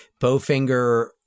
Bowfinger